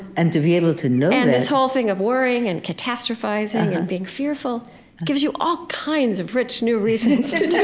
and to be able to know that and this whole thing of worrying and catastrophizing and being fearful gives you all kinds of rich new reasons to to